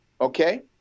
okay